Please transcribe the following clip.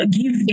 give